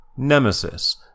Nemesis